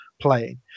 playing